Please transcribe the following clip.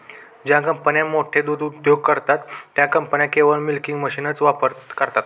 ज्या कंपन्या मोठे दूध उद्योग करतात, त्या कंपन्या केवळ मिल्किंग मशीनचा वापर करतात